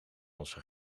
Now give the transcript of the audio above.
onze